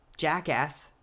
jackass